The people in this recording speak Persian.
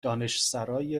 دانشسرای